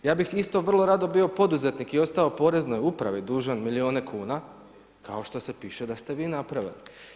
Ja bih isto vrlo rado bio poduzetnik i ostao Poreznoj upravi dužan milijune kuna kao što se piše da ste vi napravili.